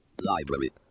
library